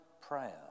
prayer